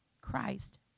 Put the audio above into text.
Christ